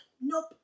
nope